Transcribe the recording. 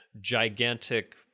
gigantic